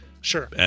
Sure